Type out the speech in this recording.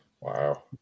Wow